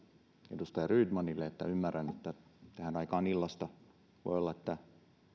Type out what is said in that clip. edustaja rydmanille että ymmärrän että voi olla niin että tähän aikaan illasta